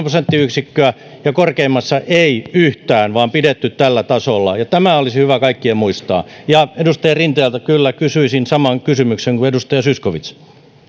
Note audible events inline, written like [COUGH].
[UNINTELLIGIBLE] prosenttiyksikköä ja korkeimmassa ei yhtään vaan pidetty tällä tasolla ja tämä olisi hyvä kaikkien muistaa ja edustaja rinteeltä kyllä kysyisin saman kysymyksen kuin edustaja zyskowicz